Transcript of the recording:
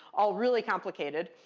all really complicated.